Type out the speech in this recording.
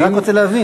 אני רק רוצה להבין,